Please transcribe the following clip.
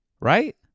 Right